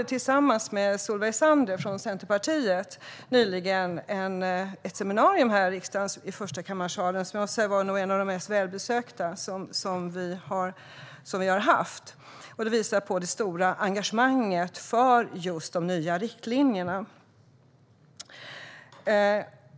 Tillsammans med Solveig Zander från Centerpartiet anordnade jag nyligen ett seminarium i Förstakammarsalen här i riksdagen. Det var nog ett av de mest välbesökta seminarier som vi har haft. Det visar på det stora engagemanget för just de nya riktlinjerna.